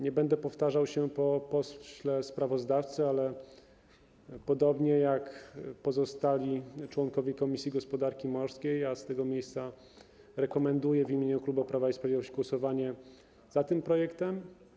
Nie będę powtarzał po pośle sprawozdawcy, ale podobnie jak pozostali członkowie komisji gospodarki morskiej, rekomenduję w imieniu klubu Prawa i Sprawiedliwość głosowanie za tym projektem.